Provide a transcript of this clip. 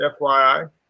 fyi